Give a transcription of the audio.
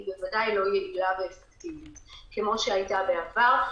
והיא בוודאי לא יעילה ואפקטיבית כמו שהייתה בעבר.